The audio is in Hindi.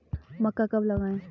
मक्का कब लगाएँ?